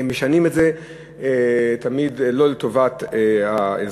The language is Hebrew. משנים את זה תמיד לא לטובת האזרח.